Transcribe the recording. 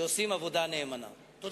שעושה עבודה נאמנה,